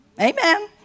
Amen